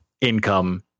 income